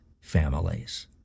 families